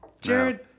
Jared